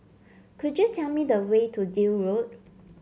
could you tell me the way to Deal Road